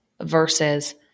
versus